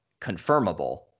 confirmable